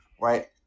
Right